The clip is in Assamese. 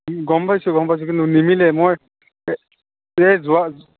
ও গম পাইছোঁ গম পাইছোঁ কিন্তু নিমিলে মই এই যোৱা